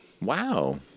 wow